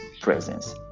presence